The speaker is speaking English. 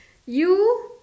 you